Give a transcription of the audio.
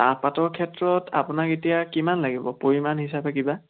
চাহপাতৰ ক্ষেত্ৰত আপোনাক এতিয়া কিমান লাগিব পৰিমাণ হিচাপে কিবা